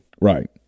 Right